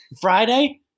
Friday